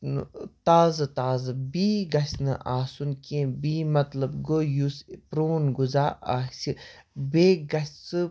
تازٕ تازٕ بی گژھہِ نہٕ آسُن کیٚنٛہہ بی مطلب گوٚو یُس پرٛون غذا آسہِ بیٚیہِ گژھہِ سُہ